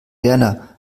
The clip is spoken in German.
moderner